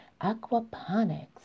Aquaponics